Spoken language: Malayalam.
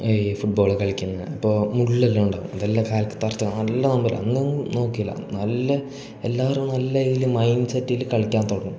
ഈ ഫുട്ബോൾ കളിക്കുന്നത് അപ്പോൾ മുള്ളെല്ലാം ഉണ്ടാകും അതെല്ലാ കാലത്ത് തറത്ത് നല്ല നൊമ്പല അന്ന് നോക്കിയില്ല നല്ല എല്ലാവരും നല്ല ഇതിൽ മൈൻഡ് സെറ്റിൽ കളിക്കാൻ തുടങ്ങും